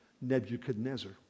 Nebuchadnezzar